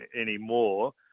anymore